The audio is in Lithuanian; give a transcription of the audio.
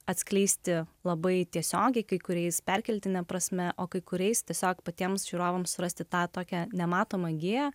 atskleisti labai tiesiogiai kuriais perkeltine prasme o kai kuriais tiesiog patiems žiūrovams rasti tą tokią nematomą giją